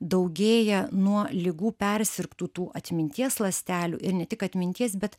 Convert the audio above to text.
daugėja nuo ligų persirgtų tų atminties ląstelių ir ne tik atminties bet